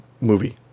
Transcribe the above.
movie